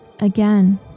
again